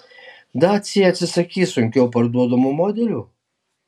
dacia atsisakys sunkiau parduodamų modelių